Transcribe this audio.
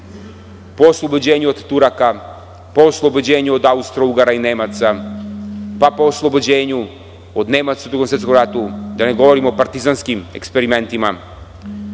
po oslobođenju od Turaka, po oslobođenju od Austrougara i Nemaca, pa po oslobođenja od Nemaca u Drugom svetskom ratu, da ne govorim o partizanskim eksperimentima.